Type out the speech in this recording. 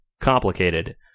complicated